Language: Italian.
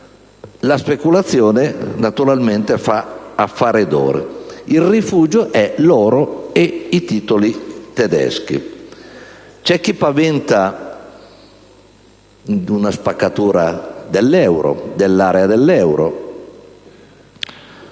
La speculazione, naturalmente, fa affari d'oro. Il rifugio sono l'oro e i titoli tedeschi. C'è chi paventa una spaccatura dell'area dell'euro